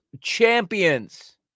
champions